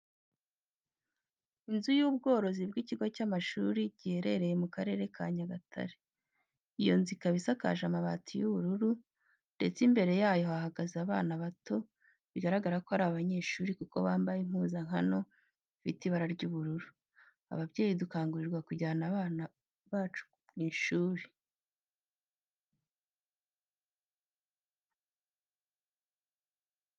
Inzu y'ubuyobozi bw'ikigo cy'amashuri giherereye mu Karere ka Nyagatare. Iyo nzu ikaba isakaje amabati y'ubururu, ndetse imbere yayo hahagaze abana bato bigaragara ko ari abanyeshuri kuko bambaye impuzankano ifite ibara ry'ubururu. Ababyeyi dukangurirwa kujyana abana bacu mu ishuri.